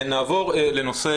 נעבור לנושא